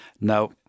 Now